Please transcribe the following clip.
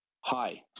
Hi